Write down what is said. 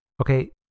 Okay